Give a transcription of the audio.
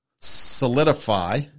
Solidify